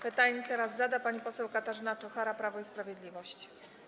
Pytanie zada pani poseł Katarzyna Czochara, Prawo i Sprawiedliwość.